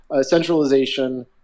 centralization